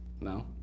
No